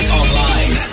online